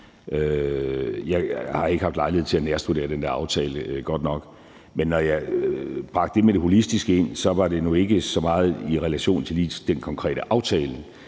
Jeg har ikke haft lejlighed til at nærstudere den der aftale godt nok, men når jeg bragte det med det holistiske ind, var det nu ikke så meget i relation til lige den konkrete aftale.